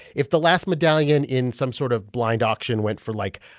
if the last medallion in some sort of blind auction went for, like,